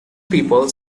people